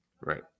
Right